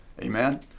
Amen